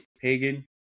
pagan